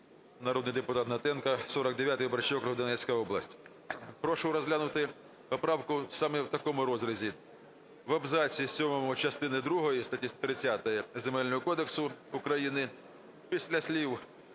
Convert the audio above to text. Народний депутат Гнатенко, 49 виборчий округ, Донецька область. Прошу розглянути поправку саме в такому розрізі: в абзаці сьомому частини другої статті 130 Земельного кодексу України після слів